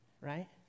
Right